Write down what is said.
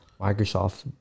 Microsoft